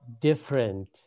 different